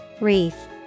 Wreath